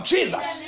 Jesus